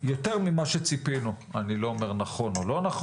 יותר ממה שציפינו לא אומר אם נכון או לא.